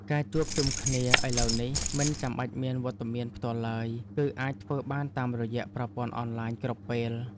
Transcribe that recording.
ការជួបជុំគ្នាឥឡូវនេះមិនចាំបាច់មានវត្តមានផ្ទាល់ឡើយ គឺអាចធ្វើបានតាមរយៈប្រព័ន្ធអនឡាញគ្រប់ពេល។